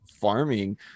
farming